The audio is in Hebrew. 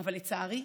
אבל לצערי,